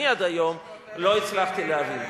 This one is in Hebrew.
אני עד היום לא הצלחתי להבין.